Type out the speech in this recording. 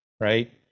right